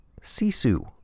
Sisu